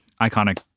iconic